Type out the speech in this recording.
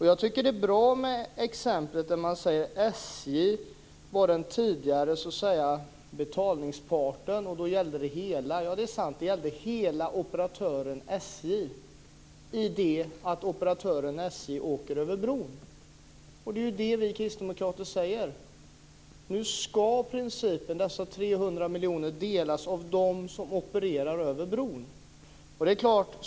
Jag tycker att det är bra att han tar exemplet att SJ var den tidigare betalningspartnern och att det då gällde hela SJ. Det är sant. Det gällde hela operatören SJ i det att operatören SJ åker över bron. Det är vad vi kristdemokrater säger. Nu ska principen vara att dessa 300 miljoner ska delas av de operatörer som åker över bron.